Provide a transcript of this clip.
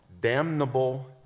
damnable